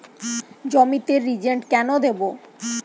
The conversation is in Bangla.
জমিতে রিজেন্ট কেন দেবো?